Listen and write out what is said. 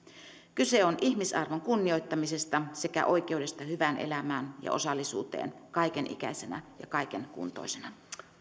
kyse on ihmisarvon kunnioittamisesta sekä oikeudesta hyvään elämään ja osallisuuteen kaikenikäisenä ja kaikenkuntoisena